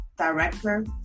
director